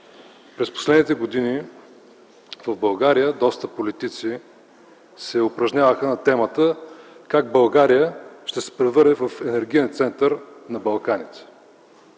През последните години в България доста политици се упражняваха на темата как България ще се превърне в енергиен център на Балканите.